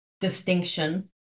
distinction